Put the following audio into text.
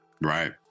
Right